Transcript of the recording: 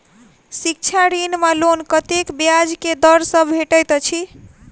शिक्षा ऋण वा लोन कतेक ब्याज केँ दर सँ भेटैत अछि?